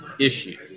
issue